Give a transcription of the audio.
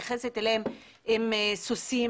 איך היא מתייחסת אליהם באמצעות סוסים